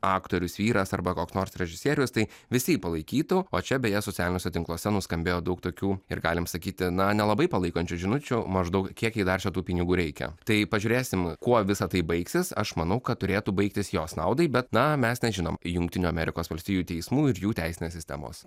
aktorius vyras arba koks nors režisierius tai visi jį palaikytų o čia beje socialiniuose tinkluose nuskambėjo daug tokių ir galim sakyti na nelabai palaikančių žinučių maždaug kiek jai dar čia tų pinigų reikia tai pažiūrėsim kuo visa tai baigsis aš manau kad turėtų baigtis jos naudai bet na mes nežinom jungtinių amerikos valstijų teismų ir jų teisinės sistemos